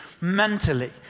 mentally